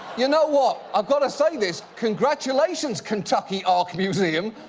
you know what, i've got to say this, congratulations, kentucky ark museum,